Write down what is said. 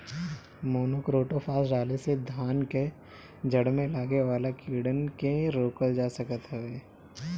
monocrotophos डाले से धान कअ जड़ में लागे वाला कीड़ान के रोकल जा सकत हवे